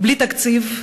בלי תקציב,